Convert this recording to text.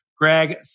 Greg